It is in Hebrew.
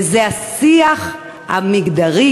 וזה השיח המגדרי